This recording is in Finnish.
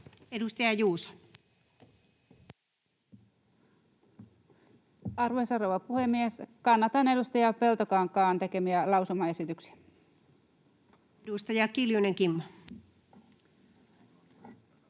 Edustaja Juuso. Arvoisa rouva puhemies! Kannatan edustaja Peltokankaan tekemiä lausumaesityksiä. Edustaja Kiljunen, Kimmo.